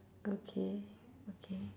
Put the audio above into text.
okay okay